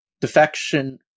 defection